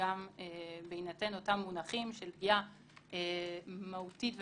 גם בהינתן אותם מונחים של פגיעה מהותית ומשמעותית,